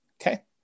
Okay